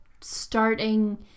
starting